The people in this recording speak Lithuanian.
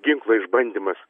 ginklo išbandymas